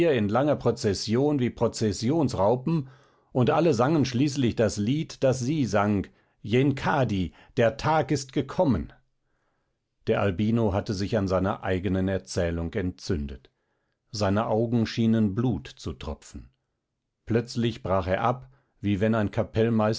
in langer prozession wie prozessionsraupen und alle sangen schließlich das lied das sie sang yenkadi der tag ist gekommen der albino hatte sich an seiner eigenen erzählung entzündet seine augen schienen blut zu tropfen plötzlich brach er ab wie wenn ein